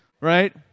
right